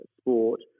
sport